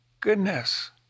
goodness